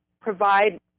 provide